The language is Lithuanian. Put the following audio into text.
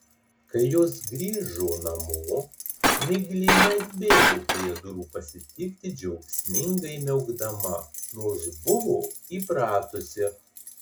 kai jos grįžo namo miglė neatbėgo prie durų pasitikti džiaugsmingai miaukdama nors buvo įpratusi